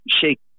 shake